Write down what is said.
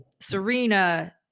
Serena